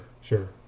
sure